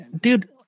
dude